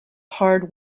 hard